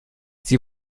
sie